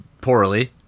poorly